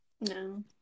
No